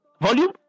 volume